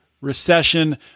recession